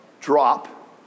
drop